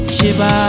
Shiba